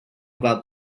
about